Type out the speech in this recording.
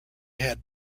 had